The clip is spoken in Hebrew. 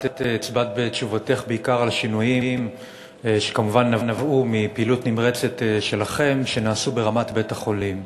את הצבעת בתשובתך בעיקר על השינויים שנעשו ברמת בית-החולים,